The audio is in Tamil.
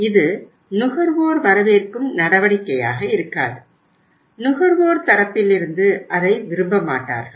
இது நுகர்வோர் வரவேற்கும் நடவடிக்கையாக இருக்காது நுகர்வோர் தரப்பிலிருந்து அதை விரும்ப மாட்டார்கள்